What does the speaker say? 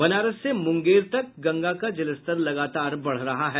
बनारस से मुंगेर तक गंगा का जलस्तर लगातार बढ़ रहा है